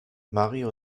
mario